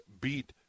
beat